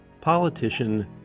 Politician